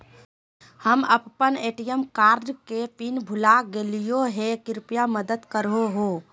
हम अप्पन ATM card के पिन भुला गेलिओ हे कृपया मदद कर हो